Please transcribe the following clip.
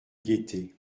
guetter